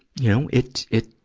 you know, it, it,